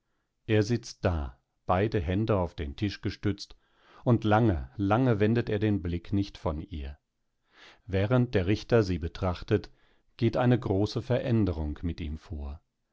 er sitzt da beide hände auf den tisch gestützt und lange lange wendet er den blick nicht von ihr während der richter sie betrachtet geht eine große veränderung mit ihm vor